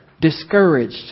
discouraged